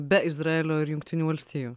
be izraelio ir jungtinių valstijų